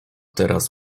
teraz